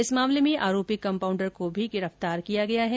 इस मामले में आरोपी कंपाउंडर को भी गिरफ्तार किया गया है